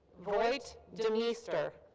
voight demeester.